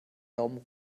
daumen